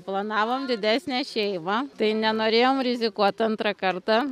planavom didesnę šeimą tai nenorėjom rizikuot antrą kartą